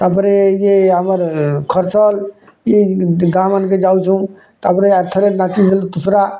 ତା'ପରେ ଇଏ ଆମର ଖର୍ଚ୍ଚଲ୍ ଇଏ ଗାଁମାନଙ୍କେ ଯାଉଚୁଁ ତା'ପରେ ଆର୍ ଥର୍ ନାଚି ଗଲୁ ତୁସ୍ରା